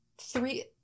Three